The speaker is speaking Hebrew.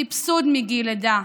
סבסוד מגיל לידה,